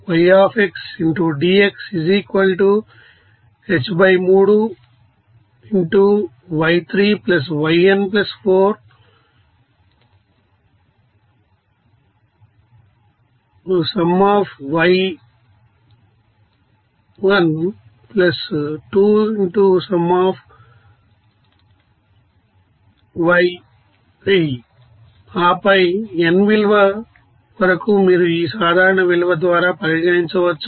ఆపై n వ విలువ వరకు మీరు ఈ సాధారణ విలువ ద్వారా పరిగణించవచ్చు